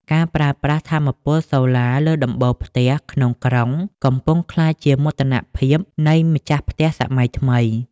ការប្រើប្រាស់ "ថាមពលសូឡាលើដំបូលផ្ទះ" ក្នុងក្រុង កំពុងក្លាយជាមោទនភាពនៃម្ចាស់ផ្ទះសម័យថ្មី។